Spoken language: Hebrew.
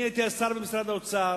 אני הייתי אז שר במשרד האוצר,